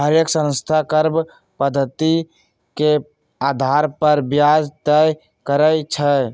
हरेक संस्था कर्व पधति के अधार पर ब्याज तए करई छई